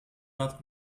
not